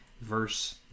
verse